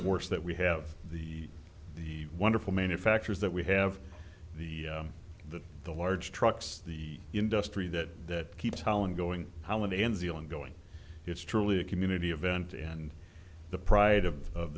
force that we have the the wonderful manufacturers that we have the the the large trucks the industry that keeps holland going holiday and zealand going it's truly a community event and the pride of